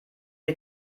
die